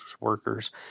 workers